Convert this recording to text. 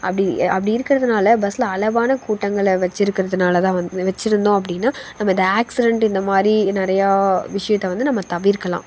அப்படி அப்படி இருக்கிறதுனால பஸ்சில் அளவான கூட்டங்களை வச்சுருக்குறதுனால தான் வந்து வச்சுருந்தோம் அப்படின்னா நம்ம அந்த அக்சிடெண்ட்டு இந்தமாதிரி நிறையா விஷயத்தை வந்து நம்ம தவிர்க்கலாம்